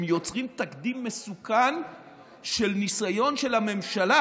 הם יוצרים תקדים מסוכן של ניסיון של הממשלה